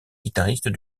guitariste